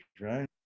right